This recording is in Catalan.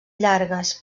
llargues